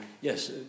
yes